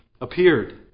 appeared